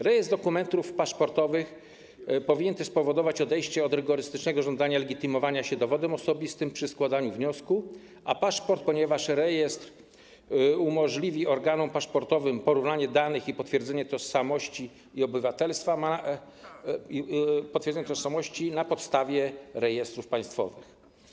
Rejestr Dokumentów Paszportowych powinien też spowodować odejście od rygorystycznego żądania legitymowania się dowodem osobistym przy składaniu wniosku o paszport, ponieważ rejestr umożliwi organom paszportowym porównanie danych i potwierdzenie tożsamości na podstawie rejestrów państwowych.